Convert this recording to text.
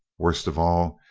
worst of all,